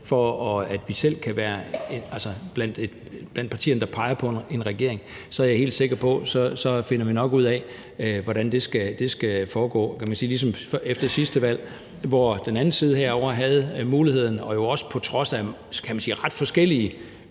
for, at vi kan være blandt de partier, der peger på en regering, så er jeg helt sikker på, at vi nok finder ud af, hvordan det skal foregå. Det er ligesom efter sidste valg, hvor den anden side af salen havde muligheden og jo også på trods af ret forskellige